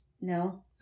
No